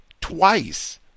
twice